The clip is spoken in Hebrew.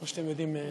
כמו שאתם יודעים,